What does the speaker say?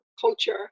culture